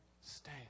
stay